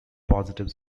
positive